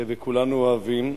וכולנו אוהבים,